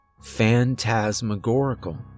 phantasmagorical